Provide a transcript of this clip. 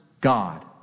God